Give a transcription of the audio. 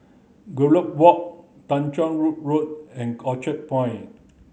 Gallop Walk Tanjong Rhu Road and Orchard Point